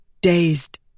dazed